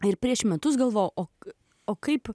ir prieš metus galvok o kaip